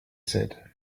said